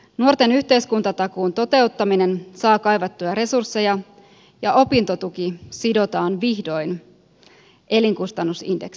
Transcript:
nuorten yhteiskuntatakuun toteuttaminen saa kaivattuja resursseja ja opintotuki sidotaan vihdoin elinkustannusindeksiin